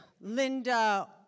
Linda